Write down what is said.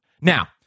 Now